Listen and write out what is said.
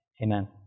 Amen